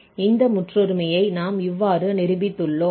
இந்த முற்றொருமையை நாம் இவ்வாறு நிரூபித்துள்ளோம்